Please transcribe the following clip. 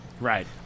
Right